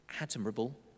admirable